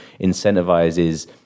incentivizes